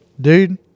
Dude